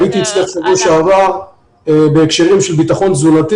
הייתי אצלך בשבוע שעבר בהקשרים של ביטחון תזונתי